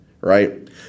right